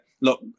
look